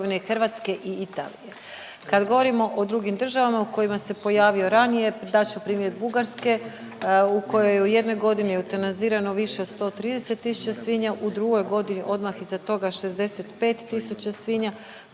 Hrvatske i Italije. Kad govorimo o drugim državama u kojima se pojavio ranije dat ću primjer Bugarske u kojoj je u jednoj godini eutanazirano više od 130 tisuća svinja, u drugoj godini odmah iza toga 65 tisuća svinja.